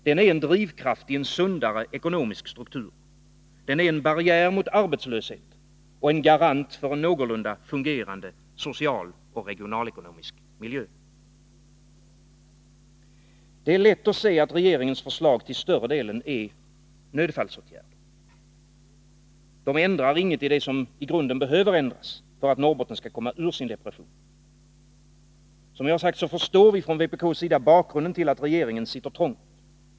Den är en drivkraft i en sundare ekonomisk struktur, en barriär mot arbetslöshet och en garant för en någorlunda fungerande social och regionalekonomisk miljö. Det är lätt att se att regeringens förslag till större delen är nödfallsåtgärder. De ändrar inget i det som i grunden behöver ändras för att Norrbotten skall komma ur sin depression. Vi förstår från vpk:s sida bakgrunden till att regeringen sitter trångt.